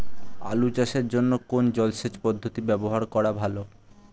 আলু চাষের জন্য কোন জলসেচ পদ্ধতি ব্যবহার করা ভালো?